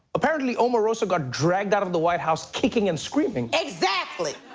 apparently, omarosa got dragged out of the white house kicking and screaming. exactly.